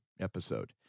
episode